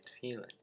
feeling